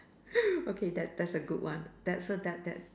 okay that that's a good one that's so that that